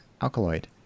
alkaloid